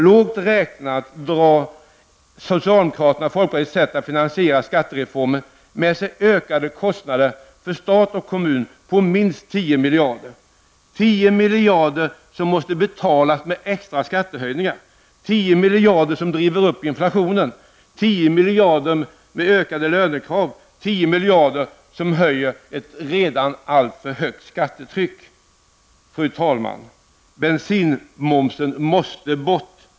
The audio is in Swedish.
Lågt räknat drar socialdemokraternas och folkpartiets sätt att finansiera skattereformen med sig ökade kostnader för stat och kommun på minst 10 miljarder -- 10 miljarder som måste betalas med extra skattehöjningar, 10 miljarder som driver upp inflationen, 10 miljarder med ökade lönekrav som följd, 10 miljarder som höjer ett redan alltför högt skattetryck. Fru talman! Bensinmomsen måste bort.